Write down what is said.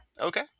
Okay